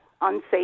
unsafe